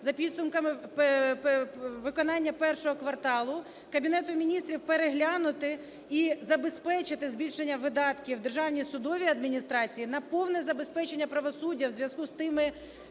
за підсумками виконання першого кварталу Кабінету Міністрів переглянути і забезпечити збільшення видатків в Державній судовій адміністрації на повне забезпечення правосуддя у зв'язку з тими